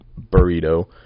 burrito